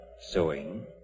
sewing